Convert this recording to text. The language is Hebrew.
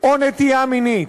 או נטייה מינית.